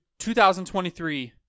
2023